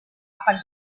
akan